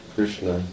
Krishna